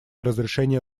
разрешения